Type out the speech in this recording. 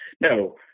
No